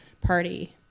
party